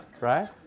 Right